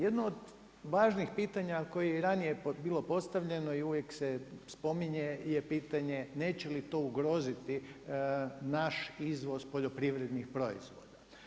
Jedno od važnih pitanja koje je i ranije bilo postavljeno i uvijek se spominje je pitanje neće li to ugroziti naš izvoz poljoprivrednih proizvoda.